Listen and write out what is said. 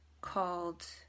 called